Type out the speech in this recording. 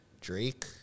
Drake